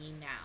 now